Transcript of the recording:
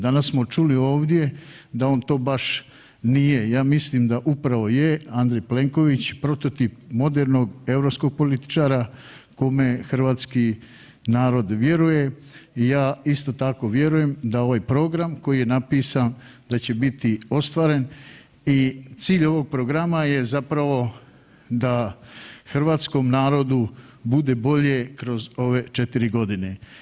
Danas smo čuli ovdje da on to baš nije, ja mislim da upravo je, Andrej Plenković, prototip modernog europskog političara kome hrvatski narod vjeruje i ja isto tako vjerujem da ovaj program koji je napisan, da će biti ostvaren i cilj ovog programa je zapravo da hrvatskom narodu bude bolje kroz ove 4 godine.